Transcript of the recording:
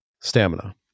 stamina